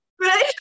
Right